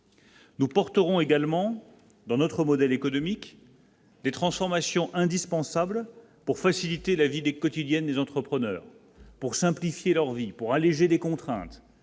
Nous porterons également dans notre modèle économique des transformations indispensables pour faciliter la vie des quotidiennes des entrepreneurs pour simplifier leur vie pour alléger les contraintes